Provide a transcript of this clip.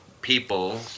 people